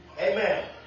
Amen